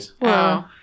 Wow